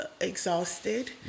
exhausted